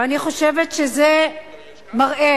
אני חושבת שזה מראה,